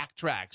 Backtracks